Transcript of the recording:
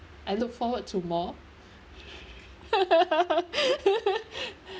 I look forward to more